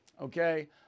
okay